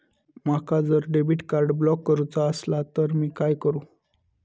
माका जर debit card block करूचा असला तर मी काय करू?